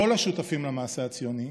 כל השותפים למעשה הציוני,